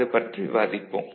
அது பற்றி விவாதிப்போம்